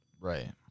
Right